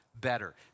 better